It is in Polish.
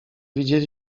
widzieli